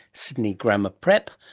sydney grammar prep,